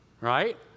Right